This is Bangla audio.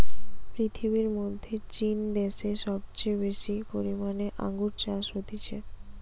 পৃথিবীর মধ্যে চীন দ্যাশে সবচেয়ে বেশি পরিমানে আঙ্গুর চাষ হতিছে